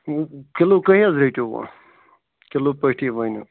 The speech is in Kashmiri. کِلوٗ کٔہۍ حظ رٔٹِو وۅنۍ کِلوٗ پٲٹھی ؤنِو